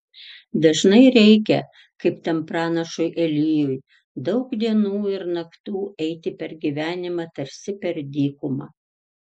dažnai reikia kaip tam pranašui elijui daug dienų ir naktų eiti per gyvenimą tarsi per dykumą